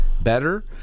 better